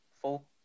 full